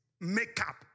makeup